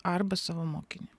arba savo mokinį